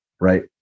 right